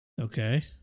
Okay